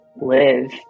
live